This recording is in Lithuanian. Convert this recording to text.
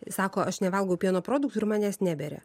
sako aš nevalgau pieno produktų ir manęs neberia